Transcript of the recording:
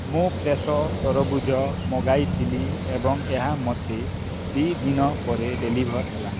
ମୁଁ ଫ୍ରେଶୋ ତରଭୁଜ ମଗାଇଥିଲି ଏବଂ ଏହା ମୋତେ ଦୁଇ ଦିନ ପରେ ଡ଼େଲିଭର୍ ହେଲା